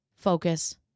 focus